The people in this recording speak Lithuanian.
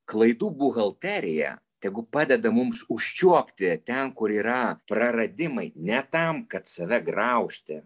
klaidų buhalterija tegu padeda mums užčiuopti ten kur yra praradimai ne tam kad save graužti